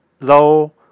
low